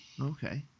Okay